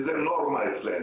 כי זו נורמה אצלם.